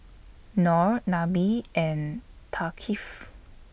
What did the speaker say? Noh Nabil and Thaqif